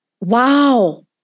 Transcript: Wow